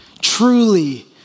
Truly